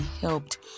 helped